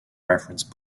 reference